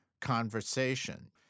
conversation